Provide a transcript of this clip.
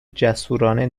جسورانه